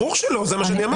ברור שלא, זה מה שאמרתי.